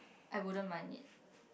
I wouldn't mind it